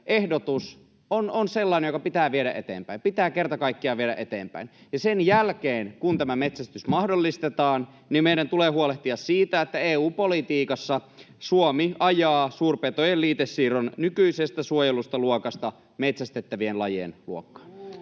ehdotus on sellainen, joka pitää viedä eteenpäin, pitää kerta kaikkiaan viedä eteenpäin. Ja sen jälkeen, kun tämä metsästys mahdollistetaan, meidän tulee huolehtia siitä, että EU-politiikassa Suomi ajaa suurpetojen liitesiirron nykyisestä suojeltujen luokasta metsästettävien lajien luokkaan.